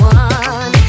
one